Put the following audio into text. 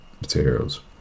materials